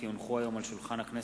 כי הונחו היום על שולחן הכנסת,